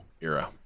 era